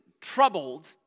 troubled